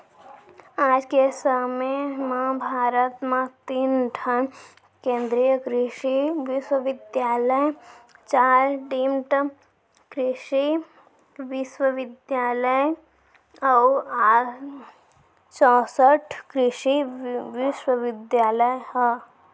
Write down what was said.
आज के समे म भारत म तीन ठन केन्द्रीय कृसि बिस्वबिद्यालय, चार डीम्ड कृसि बिस्वबिद्यालय अउ चैंसठ कृसि विस्वविद्यालय ह